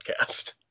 podcast